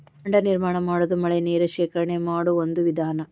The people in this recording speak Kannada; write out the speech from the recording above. ಹೊಂಡಾ ನಿರ್ಮಾಣಾ ಮಾಡುದು ಮಳಿ ನೇರ ಶೇಖರಣೆ ಮಾಡು ಒಂದ ವಿಧಾನಾ